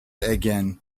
again